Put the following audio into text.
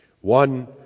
One